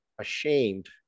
ashamed